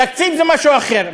תקציב זה משהו אחר,